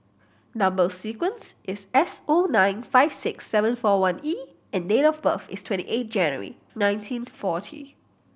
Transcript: number sequence is S O nine five six seven four one E and date of birth is twenty eight January nineteen forty